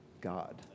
God